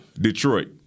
Detroit